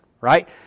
right